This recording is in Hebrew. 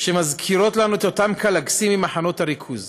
שמזכירים לנו את אותם קלגסים ממחנות הריכוז.